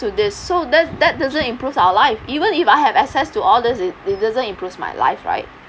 to this so that that doesn't improve our life even if I have access to all these it doesn't improve my life right